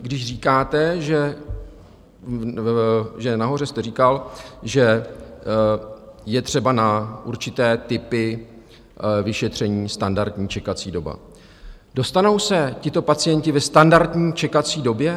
Když říkáte, nahoře jste říkal, že je třeba na určité typy vyšetření standardní čekací doba, dostanou se tito pacienti ve standardní čekací době?